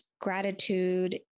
gratitude